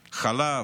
חלב,